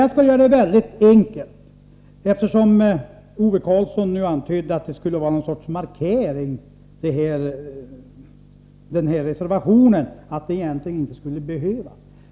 Jag skall göra det väldigt enkelt, eftersom Ove Karlsson antydde att reservationen skulle vara ett slags markering och egentligen inte skulle behövas.